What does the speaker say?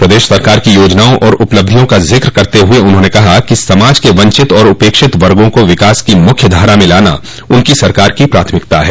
प्रदेश सरकार की योजनाओं और उपलब्धियों का जिक्र करते हुए उन्होंने कहा कि समाज के वंचित और उपेक्षित वर्गो को विकास की मुख्य धारा में लाना उनकी सरकार की प्राथमिकता है